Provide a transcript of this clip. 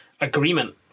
agreement